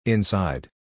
Inside